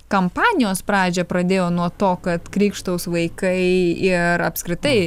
kampanijos pradžią pradėjo nuo to kad krykštaus vaikai ir apskritai